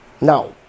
Now